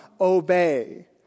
obey